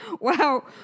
Wow